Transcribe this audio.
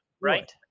right